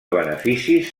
beneficis